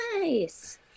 nice